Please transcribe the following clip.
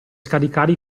scaricare